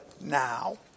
now